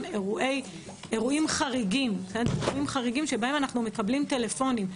אירועים חריגים שבהם אנחנו מקבלים טלפונים,